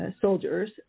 soldiers